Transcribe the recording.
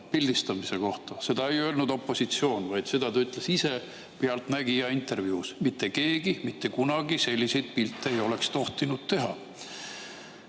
pildistamise kohta? Seda ei öelnud opositsioon, vaid seda ta ütles ise "Pealtnägija" intervjuus: mitte keegi mitte kunagi selliseid pilte ei oleks tohtinud teha.